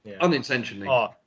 unintentionally